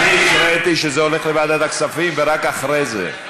אני הקראתי שזה הולך לוועדת הכספים, ורק אחרי זה.